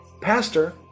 Pastor